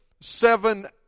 seven